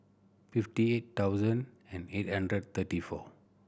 fifty eight thousand and eight hundred thirty four